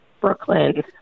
Brooklyn